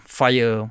fire